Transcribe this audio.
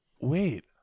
wait